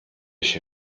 się